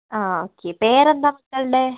ആ ഓക്കെ പേരെന്താ മക്കളുടെ